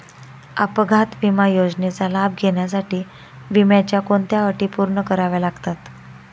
अपघात विमा योजनेचा लाभ घेण्यासाठी विम्याच्या कोणत्या अटी पूर्ण कराव्या लागतात?